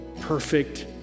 perfect